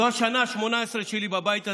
זו השנה ה-18 שלי בבית הזה,